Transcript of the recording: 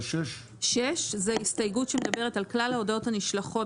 הסתייגות 6. הסתייגות 6 היא הסתייגות שמדברת על "כלל ההודעות הנשלחות